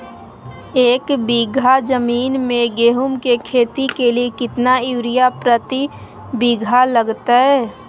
एक बिघा जमीन में गेहूं के खेती के लिए कितना यूरिया प्रति बीघा लगतय?